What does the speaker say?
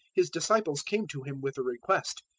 his disciples came to him with the request,